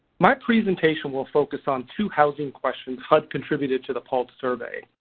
my presentation will focus on two housing questions hud contributed to the pulse survey.